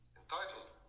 entitled